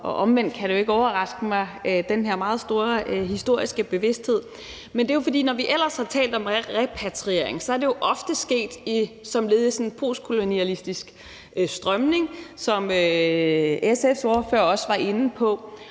og omvendt kan den her meget store historiske bevidsthed jo ikke overraske mig. Når vi ellers har talt om repatriering, er det jo ofte sket som led i sådan en postkolonialistisk strømning, som SF's ordfører også var inde på,